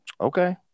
okay